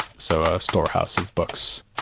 so a storehouse of books.